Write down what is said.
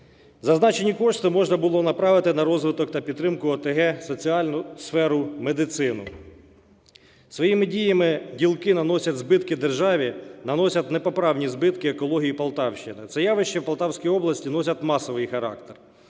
Зазначені кошти можна було направити на розвиток та підтримку ОТГ, у соціальну сфері, в медицину. Своїми діями ділки наносять збитки державі, наносять непоправні збитки екології Полтавщини. Ці явища в Полтавській області носять масовий характер.